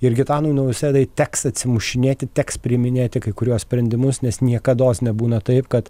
ir gitanui nausėdai teks atsimušinėti teks priiminėti kai kuriuos sprendimus nes niekados nebūna taip kad